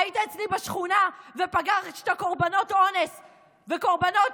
היית אצלי בשכונה ופגשת קורבנות אונס וקורבנות,